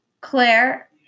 Claire